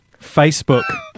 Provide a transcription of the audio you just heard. Facebook